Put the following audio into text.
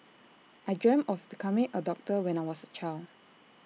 I dreamt of becoming A doctor when I was A child